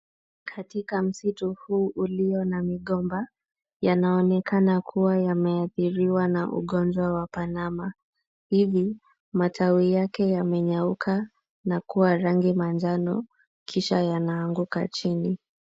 Katika msitu huu ulio na migomba, yanaonekana kuwa yameathiriwa na ugonjwa wa panama. Hivi, matawi yake yamenyauka na kuwa rangi manjano, kisha yanaanguka chini.